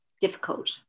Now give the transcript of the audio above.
difficult